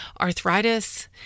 arthritis